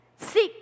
Seek